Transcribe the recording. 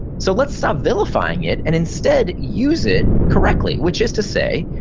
so let's stop vilifying it, and instead use it correctly. which is to say,